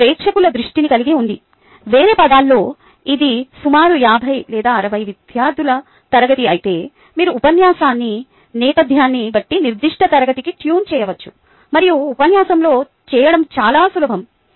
ఇది ప్రేక్షకుల దృష్టిని కలిగి ఉంది వేరే పదాల్లో ఇది సుమారు 50 లేదా 60 విద్యార్డుల తరగతి అయితే మీరు ఉపన్యాసాన్ని నేపథ్యాన్ని బట్టి నిర్దిష్ట తరగతికి ట్యూన్ చేయవచ్చు మరియు ఉపన్యాసంలో చేయడం చాలా సులభం